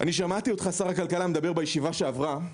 אני שמעתי אותך, שר הכלכלה, מדבר בישיבה שעברה.